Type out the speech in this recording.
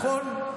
נכון?